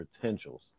potentials